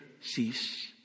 cease